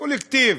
קולקטיב,